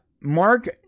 Mark